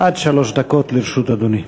עד שלוש דקות לרשות אדוני.